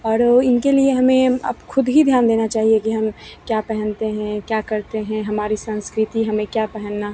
और इनके लिए हमें अब ख़ुद ही ध्यान देना चाहिए कि हम क्या पहनते हैं क्या करते हैं हमारी संस्कृति हमें क्या पहनना